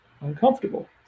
uncomfortable